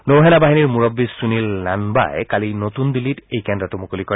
নৌসেনা বাহিনীৰ মুৰববী সুনিল লাঘাই কালি নতুন দিল্লীত এই কেন্দ্ৰটো মুকলি কৰে